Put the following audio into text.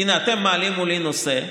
הינה, אתם מעלים מולי נושא,